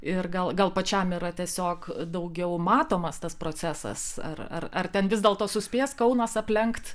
ir gal gal pačiam yra tiesiog daugiau matomas tas procesas ar ar ten vis dėlto suspės kaunas aplenkt